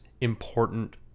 important